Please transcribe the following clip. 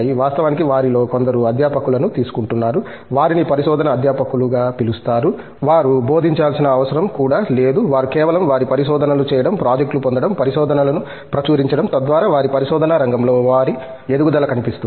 వాస్తవానికి వారిలో కొందరు అధ్యాపకులను తీసుకుంటున్నారు వారిని పరిశోధనా అధ్యాపకులుగా పిలుస్తారు వారు బోధించాల్సిన అవసరం కూడా లేదు వారు కేవలం వారి పని పరిశోధనలు చేయడం ప్రాజెక్టులు పొందడం పరిశోధనలను ప్రచురించడం తద్వారా వారి పరిశోధనా రంగంలో వారి ఎదుగుదల కనిపిస్తుంది